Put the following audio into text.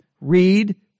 read